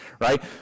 right